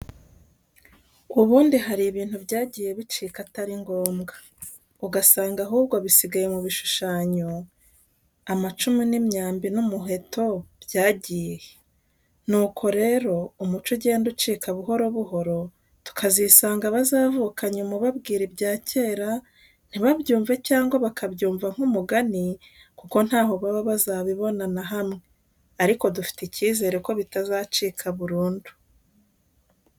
Ubundi hari ibintu byagiye bicika atari ngombwa. Ugasanga ahubwo bisigaye mu bishushanyo, amacumu n'imyambi n'umuheto byagiye he? Nuko rero umuco ugenda ucika buhoro buhoro, tukazisanga abazavuka nyuma ubabwira ibyakera ntibabyumve cyangwa bakabyumva nk'umugani kuko ntaho baba bazabibona na hamwe, ariko dufite icyizere ko bitacika burundu.